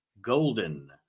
Golden